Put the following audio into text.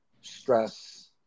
stress